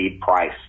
price